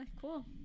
cool